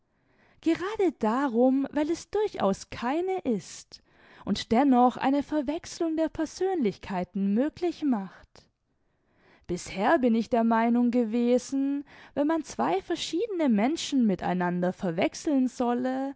gerade darum weil es durchaus keine ist und dennoch eine verwechslung der persönlichkeiten möglich macht bisher bin ich der meinung gewesen wenn man zwei verschiedene menschen mit einander verwechseln solle